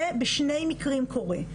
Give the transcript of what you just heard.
זה בשני מקרים קורה,